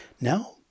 Now